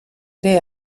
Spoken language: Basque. ere